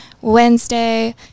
Wednesday